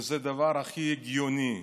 וזה הדבר הכי הגיוני: